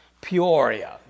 Peoria